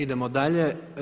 Idemo dalje.